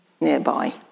nearby